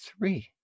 three